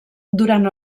durant